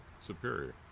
superior